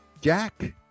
Jack